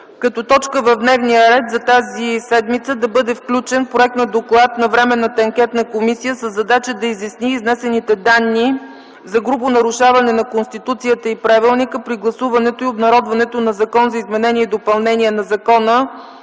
като точка в дневния ред за тази седмица да бъде включен проект на Доклад на Временната анкетна комисия със задача да изясни изнесените данни за грубо нарушаване на Конституцията и правилника при гласуването и обнародването на Закона за изменение и допълнение на Закона